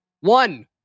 one